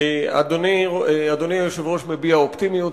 אדוני היושב-ראש מביע אופטימיות,